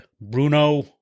Bruno